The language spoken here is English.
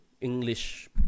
English